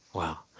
wow.